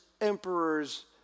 emperors